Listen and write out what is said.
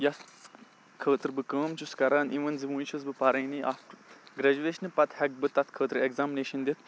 یَتھ خٲطرٕ بہٕ کٲم چھُس کَران اِوٕن زٕ وُنہِ چھُس بہٕ پَرٲنی آفٹَر گرٛیجویشنہٕ پَتہٕ ہٮ۪کہٕ بہٕ تَتھ خٲطرٕ اٮ۪کزامنیشَن دِتھ